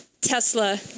Tesla